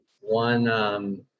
One